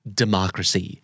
democracy